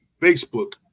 facebook